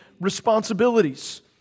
responsibilities